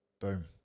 Boom